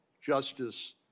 justice